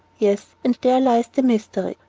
yes, and there lies the mystery.